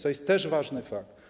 To jest też ważny fakt.